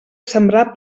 sembrar